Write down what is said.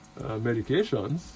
medications